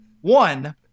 One